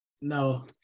No